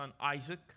Isaac